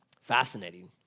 Fascinating